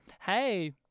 hey